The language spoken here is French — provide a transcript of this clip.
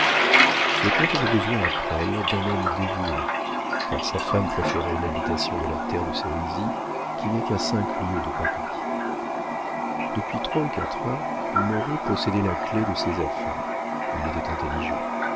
le comte avait besoin à presles d'un homme dévoué car sa femme préférait l'habitation de la terre de sérisy qui n'est qu'à cinq lieues de paris depuis trois ou quatre ans moreau possédait la clef de ses affaires il était intelligent